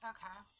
Okay